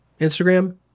Instagram